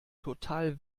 total